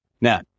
Now